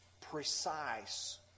precise